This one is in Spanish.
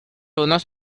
unos